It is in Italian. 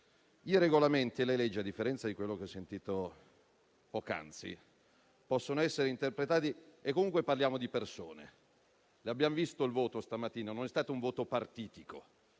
i Regolamenti e le leggi, a differenza di quello che ho sentito poc'anzi, possono essere interpretati. Comunque, parliamo di persone. Abbiamo visto il voto di stamattina. Non è stato un voto partitico,